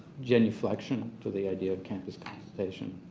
genuflection to the idea of campus consultation.